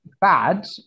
bad